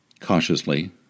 Cautiously